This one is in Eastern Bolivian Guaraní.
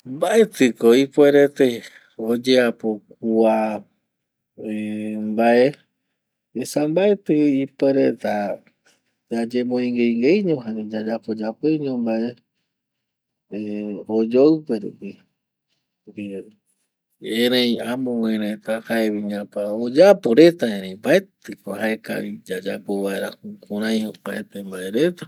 Mbaetɨ ko ipuere tei oyeapo kua mbae esa mbaetɨ ipuereta yayemoingue ingueiño jare yayapo yapoiño mbae oyoupe erei amogue reta jaeviñapa oyapo reta erei mbaetɨ ko jaekavi yayapo vaera jukurai opaete mbae reta